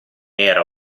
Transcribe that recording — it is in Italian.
era